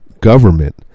government